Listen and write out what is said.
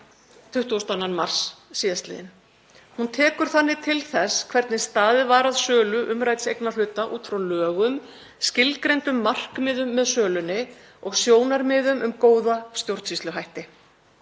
22. mars 2022. Hún tekur þannig til þess hvernig staðið var að sölu umrædds eignarhluta út frá lögum, skilgreindum markmiðum með sölunni og sjónarmiðum um góða stjórnsýsluhætti.